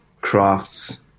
crafts